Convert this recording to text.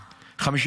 כמה?